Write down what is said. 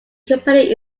company